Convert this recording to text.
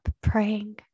praying